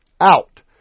out